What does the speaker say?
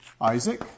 Isaac